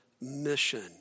mission